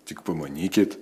tik pamanykit